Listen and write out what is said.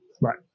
right